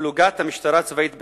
פלוגת המשטרה הצבאית בחברון,